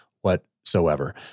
whatsoever